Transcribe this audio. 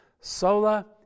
Sola